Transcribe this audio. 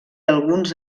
alguns